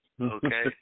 Okay